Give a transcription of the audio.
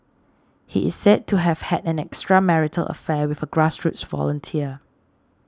he is said to have had an extramarital affair with a grassroots volunteer